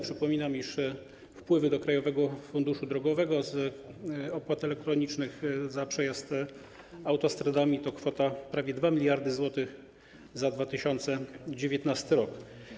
Przypominam, iż wpływy do Krajowego Funduszu Drogowego z opłat elektronicznych za przejazd autostradami to kwota wynosząca prawie 2 mld zł za 2019 r.